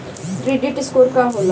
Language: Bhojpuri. क्रेडिट स्कोर का होला?